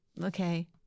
Okay